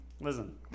listen